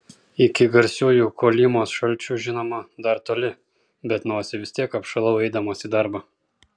iki garsiųjų kolymos šalčių žinoma dar toli bet nosį vis tiek apšalau eidamas į darbą